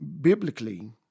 biblically